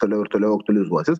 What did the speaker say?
toliau ir toliau aktualizuosis